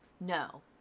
No